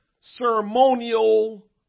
ceremonial